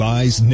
Lies